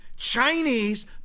Chinese